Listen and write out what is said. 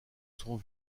sont